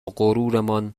غرورمان